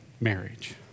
marriage